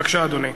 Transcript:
בבקשה, אדוני.